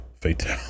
fatal